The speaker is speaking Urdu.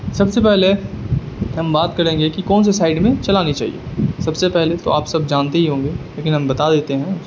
سب سے پہلے ہم بات کریں گے کہ کون سے سائڈ میں چلانی چاہیے سب سے پہلے تو آپ سب جانتے ہی ہوں گے لیکن ہم بتا دیتے ہیں